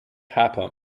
happen